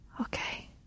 okay